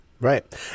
Right